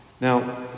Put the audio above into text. Now